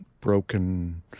broken